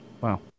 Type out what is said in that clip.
Wow